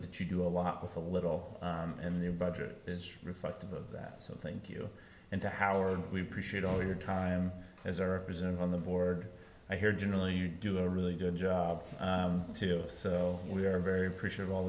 that you do a lot with a little in the budget is reflective of that so thank you and to howard we appreciate all your time as are present on the board i hear generally do a really good job too so we are very appreciative all